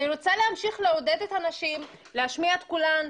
אני רוצה להמשיך לעודד את הנשים להשמיע את כולן,